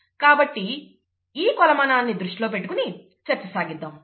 కాబట్టి ఈ కొలమానాన్ని దృష్టిలో పెట్టుకుని చర్చ సాగిద్దాం